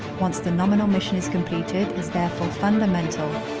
once the nominal mission is completed, is therefore fundamental.